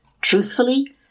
Truthfully